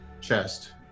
chest